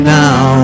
now